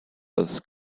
was